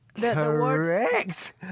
Correct